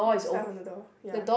start from the door ya